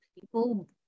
people